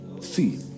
see